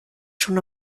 schon